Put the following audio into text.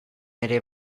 ere